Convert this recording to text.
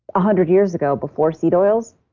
a hundred years ago before seed oils,